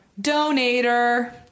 donator